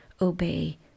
obey